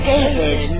David